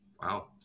Wow